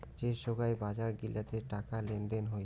যে সোগায় বাজার গিলাতে টাকা লেনদেন হই